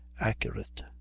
accurate